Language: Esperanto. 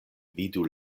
vidu